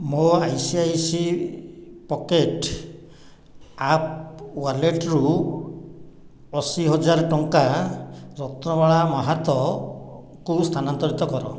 ମୋ ICICI pocket app ୱାଲେଟରୁ ଅଶୀହଜାର ଟଙ୍କା ରତ୍ନବାଳା ମାହାତଙ୍କୁ ସ୍ଥାନାନ୍ତରିତ କର